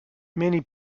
many